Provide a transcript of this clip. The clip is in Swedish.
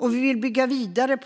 Vi vill bygga vidare